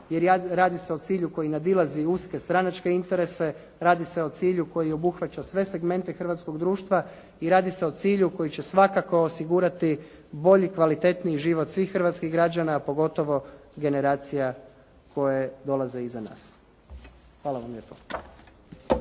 jer radi se o cilju koji nadilazi uske stranačke interese, radi se o cilju koji obuhvaća sve segmente hrvatskog društva i radi se o cilju koji će svakako osigurati bolji i kvalitetniji život svih hrvatskih građana, a pogotovo generacija koje dolaze iza nas. Hvala vam lijepo.